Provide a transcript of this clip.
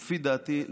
לפי דעתי,